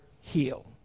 heal